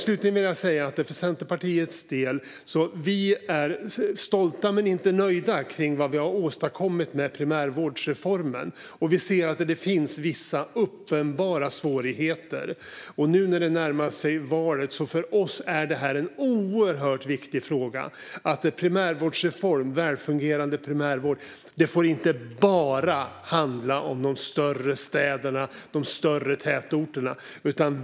Vi i Centerpartiet är stolta men inte nöjda när det gäller vad vi har åstadkommit med primärvårdsreformen. Vi ser att det finns vissa uppenbara svårigheter. Nu närmar sig valet, och för oss är det en oerhört viktig fråga att en primärvårdsreform, välfungerande primärvård, inte bara får handla om de större städerna och tätorterna.